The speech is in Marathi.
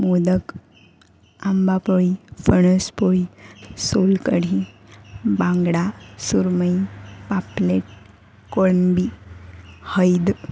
मोदक आंबापोळी फणसपोळी सोलकढी बांगडा सुरमई पापलेट कोळंबी हैद